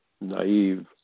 naive